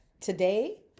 Today